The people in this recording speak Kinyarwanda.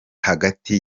hagati